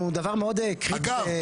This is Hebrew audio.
הוא דבר מאוד קריטי ל --- אגב,